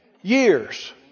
years